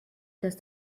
dass